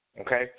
okay